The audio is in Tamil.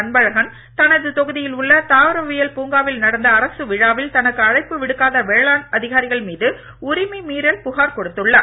அன்பழகன் தனது தொகுதியில் உள்ள தாவரவியல் பூங்காவில் நடந்த அரசு விழாவில் தனக்கு அழைப்பு விடுக்காத வேளாண் அதிகாரிகள் மீது உரிமை மீறல் புகார் கொடுத்துள்ளார்